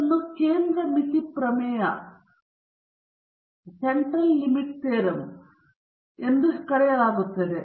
ಇದನ್ನು ಕೇಂದ್ರ ಮಿತಿ ಪ್ರಮೇಯವೆಂದು ಕರೆಯಲಾಗುತ್ತದೆ